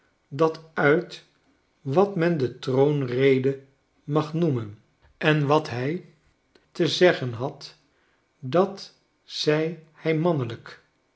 dat uit wat men de troonrede mag noemen en wat hij te zeggen had datzeihij mannelijk